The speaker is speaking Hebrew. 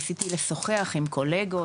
ניסיתי לשוחח עם קולגות,